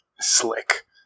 slick